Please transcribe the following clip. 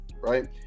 right